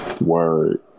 Word